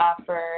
offer